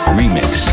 remix